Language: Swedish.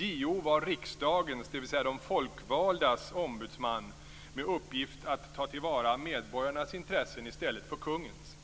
JO var riksdagens, dvs. de folkvaldas, ombudsman, med uppgift att ta till vara medborgarnas intressen i stället för kungens.